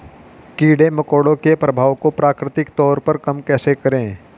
कीड़े मकोड़ों के प्रभाव को प्राकृतिक तौर पर कम कैसे करें?